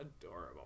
adorable